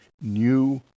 new